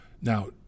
Now